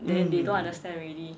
mm